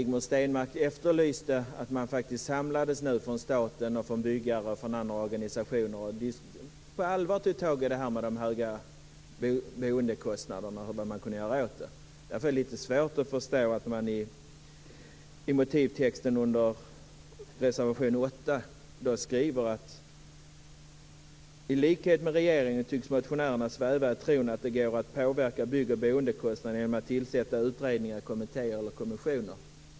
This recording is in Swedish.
Hon efterlyser att man samlat från staten, byggare och olika organisationer på allvar tar tag i frågan om de höga boendekostnaderna och ser vad som kan göras åt dem. Därför är det lite svårt att förstå att man i motivtexten i reservation 8 skriver: "I likhet med regeringen tycks motionärerna sväva i tron att det går att påverka bygg och boendekostnaderna genom att tillsätta en utredning, kommitté eller kommission."